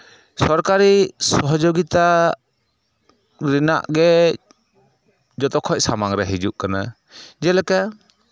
ᱥᱚᱨᱠᱟᱨᱤ ᱥᱚᱦᱚᱡᱳᱜᱤᱛᱟ ᱨᱮᱱᱟᱜ ᱜᱮ ᱡᱚᱛᱚᱠᱷᱚᱡ ᱥᱟᱢᱟᱝᱨᱮ ᱦᱤᱡᱩᱜ ᱠᱟᱱᱟ ᱡᱮᱞᱮᱠᱟ